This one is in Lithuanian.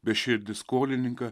beširdį skolininką